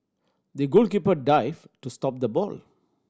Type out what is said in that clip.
the goalkeeper dived to stop the ball